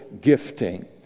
gifting